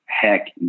heck